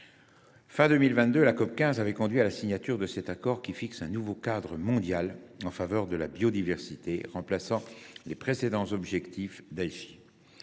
Fin 2022, la COP15 avait conduit à la signature de cet accord qui fixe un nouveau cadre mondial en faveur de la biodiversité, remplaçant les précédents objectifs d’Aichi.